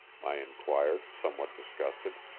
i inquired, somewhat disgusted.